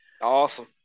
Awesome